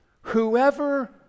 whoever